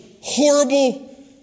horrible